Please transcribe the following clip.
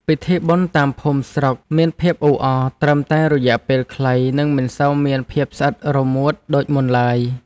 ពិធីបុណ្យតាមភូមិស្រុកមានភាពអ៊ូអរត្រឹមតែរយៈពេលខ្លី និងមិនសូវមានភាពស្អិតរមួតដូចមុនឡើយ។